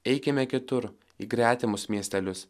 eikime kitur į gretimus miestelius